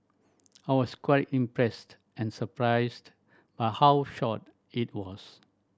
I was quite impressed and surprised by how short it was